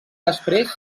després